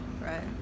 right